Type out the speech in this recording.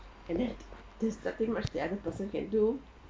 and then there's nothing much the other person can do